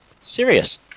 serious